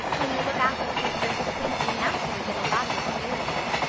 when you look after three pairs of twins you naturally get a lot of experience.